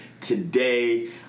today